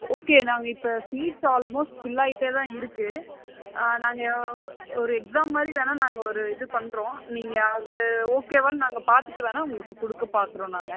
okay நாங்கள் இப்போ seats almost fill ஆகிட்டேதான் இருக்குது நாங்கள் ஒரு எக்ஸாம் மாதிரி வேணுனா நாங்கள் ஒரு இது பண்ணுறோம் நீங்கள் அது ஓகேவான்னு நாங்கள் பார்த்துட்டு வேணுனா உங்களுக்கு கொடுக்க பார்க்குறோம் நாங்கள்